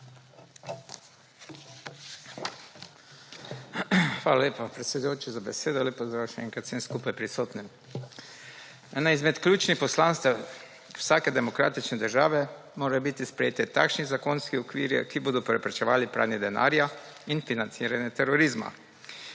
Hvala lepa, predsedujoči, za besedo. Lep pozdrav še enkrat vsem skupaj prisotnim! Eno izmed ključnih poslanstev vsake demokratične države morajo biti sprejeti takšni zakonski okvirji, ki bodo preprečevali pranje denarja in financiranje terorizma.